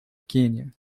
quênia